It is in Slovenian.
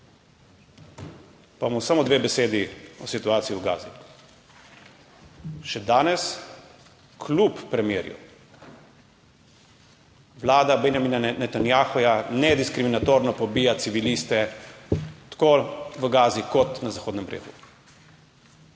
Pa bom samo dve besedi o situaciji v Gazi. Še danes kljub premirju vlada Benjamina Netanjahuja nediskriminatorno pobija civiliste tako v Gazi kot na Zahodnem bregu.